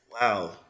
Wow